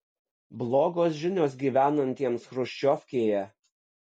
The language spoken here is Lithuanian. blogos žinios gyvenantiems chruščiovkėje